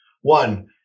One